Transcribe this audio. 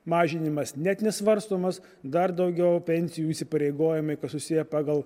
mažinimas net nesvarstomas dar daugiau pensijų įsipareigojome kas susiję pagal